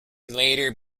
later